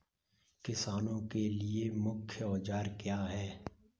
किसानों के लिए प्रमुख औजार क्या हैं?